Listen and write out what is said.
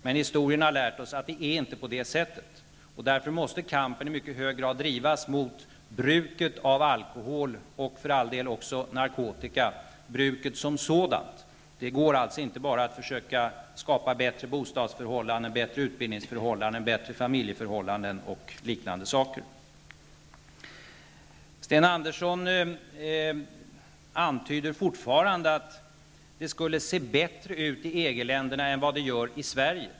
Men historien har lärt oss att det inte förhåller sig så. Därför måste kampen i mycket hög grad drivas mot bruket av alkohol som sådant och även mot narkotikamissbruket. Det går alltså inte att bara försöka skapa bättre bostadsförhållanden, utbildningsförhållande, familjeförhållanden osv. Sten Andersson antyder fortfarande att det ser bättre ut i EG-länderna än vad det gör i Sverige.